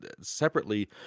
separately